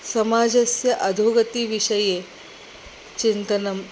समाजस्य अधोगतिविषये चिन्तनम्